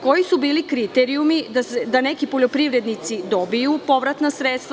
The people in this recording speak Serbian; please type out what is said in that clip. Koji su bili kriterijumi da neki poljoprivrednici dobiju povratna sredstva?